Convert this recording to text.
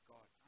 God